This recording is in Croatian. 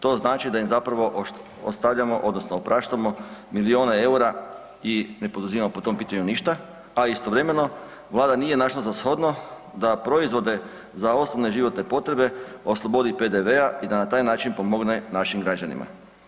To znači da im zapravo ostavljamo, odnosno opraštamo milijune eura i ne poduzima po tom pitanju ništa, a istovremeno Vlada nije našla za shodno da proizvode za osnovne životne potrebe oslobodi PDV-a i da na taj način pomogne našim građanima.